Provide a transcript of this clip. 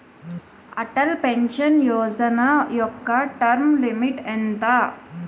Atal pension Yojana యెక్క term limit ఎంత?